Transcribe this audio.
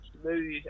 smooth